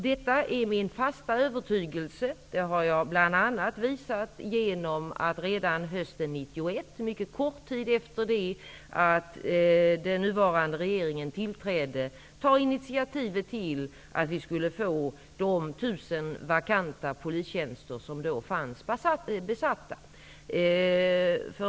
Detta är min fasta övertygelse. Det har jag visat bl.a. genom att redan hösten 1991, mycket kort tid efter det att den nuvarande regeringen tillträdde, ta initiativet till att tillsätta de 1 000 polistjänster som då var vakanta.